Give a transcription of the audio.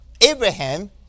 Abraham